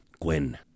Gwen